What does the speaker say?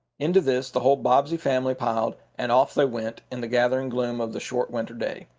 into this the whole bobbsey family piled, and off they went, in the gathering gloom of the short winter day.